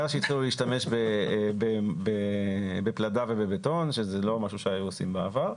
מאז שהתחילו להשתמש בפלדה ובבטון שזה לא משהו שהיו עושים בעבר.